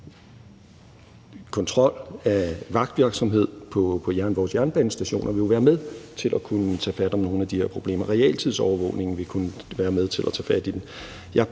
kontrol ved vagtvirksomhed på vores jernbanestationer jo være med til at kunne tage fat om nogle af de her problemer, og realtidsovervågningen vil kunne være med til at tage fat om dem. For